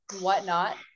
whatnot